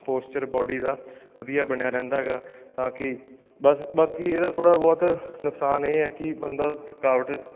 posture body ਦਾ ਵਧੀਆ ਬਣਿਆ ਰਹਿੰਦਾ ਹੈਗਾ ਤਾਂ ਕਿ ਬਸ ਬਾਕੀ ਇਹਦਾ ਥੋੜ੍ਹਾ ਬਹੁਤ ਨੁਕਸਾਨ ਇਹ ਹੈ ਕਿ ਬੰਦਾ ਥਕਾਵਟ